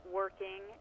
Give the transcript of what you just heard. working